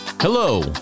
Hello